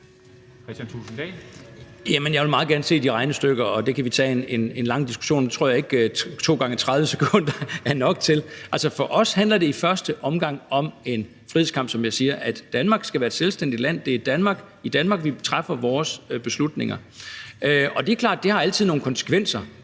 Jeg vil meget gerne se de regnestykker, og dem kan vi tage en lang diskussion om, men det tror jeg ikke at to gange 30 sekunder er nok til. Altså, for os handler det i første omgang om en frihedskamp, som jeg siger. Danmark skal være et selvstændigt land; det er i Danmark, vi træffer vores beslutninger. Og det er klart, at det altid har nogle konsekvenser